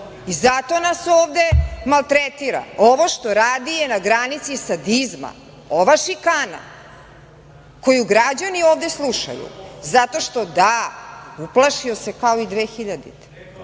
i zato nas ovde maltretira. Ovo što radi je na granici sadizma. Ova šikana koju građani ovde slušaju zato što, da, uplašio se kao i 2000.